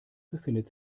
befindet